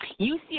UCLA